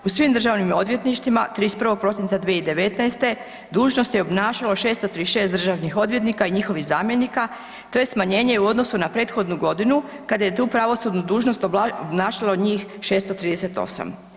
U svim državnim odvjetništvima 31. prosinca 2019. dužnost je obnašalo 636 državnih odvjetnika i njihovih zamjenika to je smanjenje u odnosu na prethodnu godinu kada je tu pravosudnu dužnost obnašalo njih 638.